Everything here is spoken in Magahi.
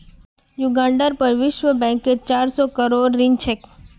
युगांडार पर विश्व बैंकेर चार सौ करोड़ ऋण छेक